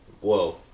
Whoa